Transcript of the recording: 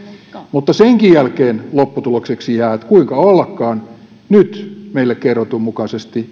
mutta senkin jälkeen lopputulokseksi jää että kuinka ollakaan nyt meille kerrotun mukaisesti